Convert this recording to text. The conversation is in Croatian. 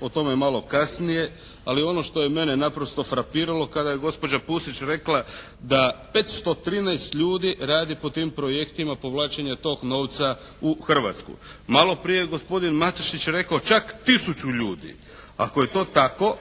o tome malo kasnije, ali ono što je mene naprosto frapiralo kada je gospođa Pusić rekla da 513 ljudi radi po tim projektima povlačenja tog novca u Hrvatsku. Malo prije je gospodin Matušić rekao čak 1000 ljudi. Ako je to tako